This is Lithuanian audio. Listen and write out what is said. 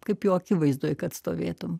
kaip jo akivaizdoj kad stovėtum